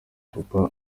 papa